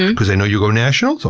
and cause i know you go national,